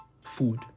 food